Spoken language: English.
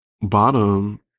bottom